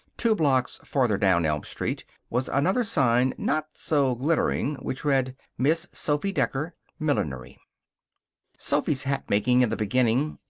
two blocks farther down elm street was another sign, not so glittering, which read miss sophy decker millinery sophy's hatmaking, in the beginning,